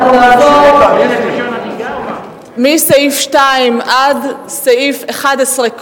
אנחנו נעבור להצבעה בקריאה שנייה מסעיף 2 עד סעיף 11,